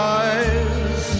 eyes